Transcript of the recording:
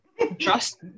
Trust